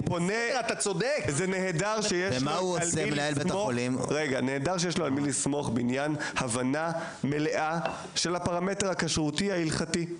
זה נהדר שיש לו על מי לסמוך בעניין הבנה מלאה של הפרמטר הכשרותי ההלכתי,